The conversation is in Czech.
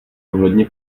ohledně